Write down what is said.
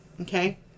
Okay